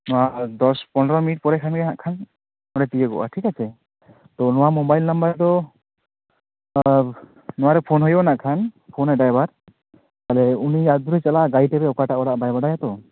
ᱱᱚᱣᱟ ᱫᱚᱥ ᱯᱚᱱᱨᱳ ᱢᱤᱱᱤᱴ ᱠᱷᱟᱱ ᱜᱮ ᱱᱟᱜᱠᱷᱟᱱ ᱚᱸᱰᱮ ᱛᱤᱭᱳᱜᱚᱜᱼᱟ ᱴᱷᱤᱠ ᱟᱪᱷᱮ ᱛᱳ ᱱᱚᱣᱟ ᱢᱳᱵᱟᱭᱤᱞ ᱱᱟᱢᱵᱟᱨ ᱫᱚ ᱱᱚᱣᱟ ᱨᱮ ᱯᱷᱳᱱ ᱦᱩᱭᱩᱜ ᱟ ᱱᱟᱜ ᱠᱷᱟᱱ ᱯᱷᱳᱱᱟᱭ ᱰᱟᱭᱵᱷᱟᱨ ᱛᱟᱦᱚᱞᱮ ᱩᱱᱤ ᱟᱫ ᱫᱷᱩᱨᱟᱹᱭ ᱪᱟᱞᱟᱜᱼᱟ ᱜᱟᱭᱤᱴᱮᱯᱮ ᱚᱠᱟ ᱴᱟᱜ ᱚᱲᱟᱜ ᱵᱟᱭ ᱵᱟᱲᱟᱭᱟ ᱛᱳᱼ